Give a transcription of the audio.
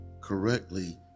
correctly